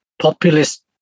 populist